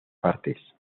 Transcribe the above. partes